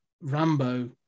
Rambo